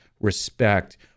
respect